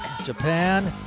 Japan